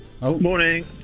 morning